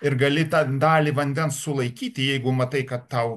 ir gali tą dalį vandens sulaikyti jeigu matai kad tau